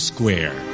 Square